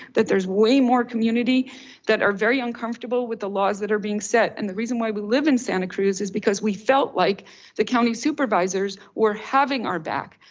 that there's way more community that are very uncomfortable with the laws that are being set. and the reason why we live in santa cruz is because we felt like the county supervisors were having our back.